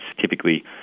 typically